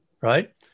right